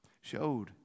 showed